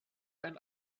ein